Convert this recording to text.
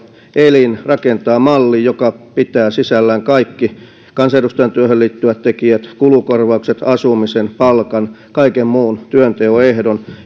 elin rakentaa mallin joka pitää sisällään kaikki kansanedustajan työhön liittyvät tekijät kulukorvaukset asumisen palkan kaikki muut työnteon ehdot